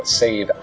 save